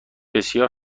بسیار